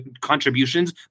contributions